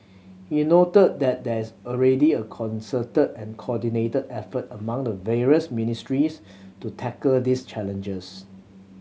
he noted that there is already a concerted and coordinated effort among the various ministries to tackle these challenges